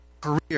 career